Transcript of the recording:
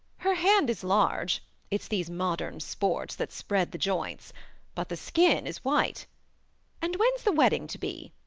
her hand is large it's these modern sports that spread the joints but the skin is white and when's the wedding to be?